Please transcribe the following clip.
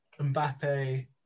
Mbappe